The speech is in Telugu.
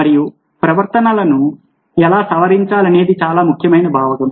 మరియు ప్రవర్తనను ఎలా సవరించాలనేది చాలా ముఖ్యమైన భాగం